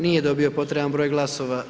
Nije dobio potreban broj glasova.